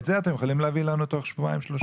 את זה אתם יכולים להביא לנו תוך שבועיים-שלושה?